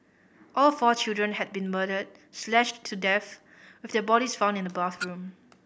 all four children had been murdered slashed to death with their bodies found in the bathroom